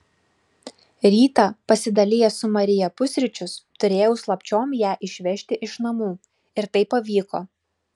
rytą pasidalijęs su marija pusryčius turėjau slapčiom ją išvesti iš namų ir tai pavyko